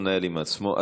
הוא מנהל עם עצמו.